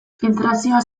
filtrazioa